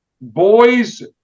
boys